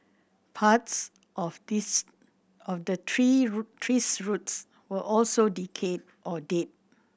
parts of these of the tree tree's roots were also decayed or dead